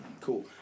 Cool